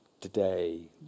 today